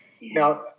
Now